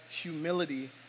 humility